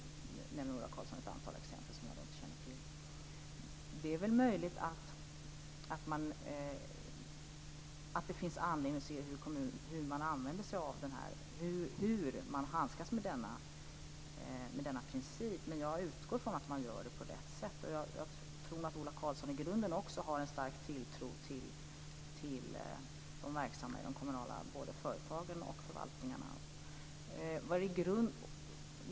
Det är väl möjligt att det finns anledning att se hur man handskas med denna princip. Men jag utgår från att man gör det på rätt sätt. Jag tror att Ola Karlsson i grunden också har en stark tilltro till de verksamma i de kommunala företagen och förvaltningarna.